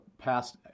past